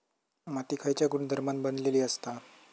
माती खयच्या गुणधर्मान बनलेली असता?